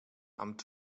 amt